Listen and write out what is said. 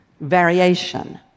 variation